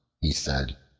he said,